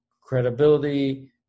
credibility